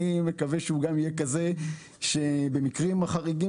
אני מקווה שהוא גם יהיה כזה שבמקרים החריגים